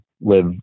live